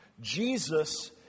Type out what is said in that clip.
Jesus